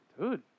Dude